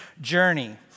journey